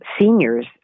seniors